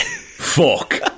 Fuck